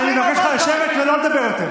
אני מבקש ממך לשבת ולא לדבר יותר.